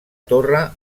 torre